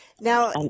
Now